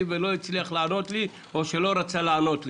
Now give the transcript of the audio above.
ולא הצליח לענות לי או שלא רצה לענות לי,